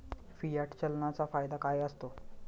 Fiat चलनाचा फायदा काय असतो?